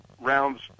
rounds